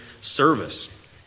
service